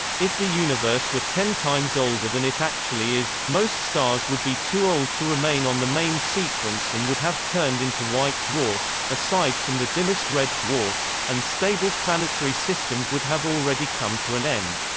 if the universe were ten times older than it actually is, most stars would be too old to remain on the main sequence and would have turned into white dwarfs, aside from the dimmest red dwarfs, and stable planetary systems would have already come to an end.